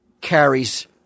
carries